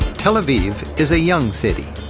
tel aviv is a young city.